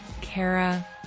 Kara